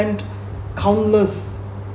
spend countless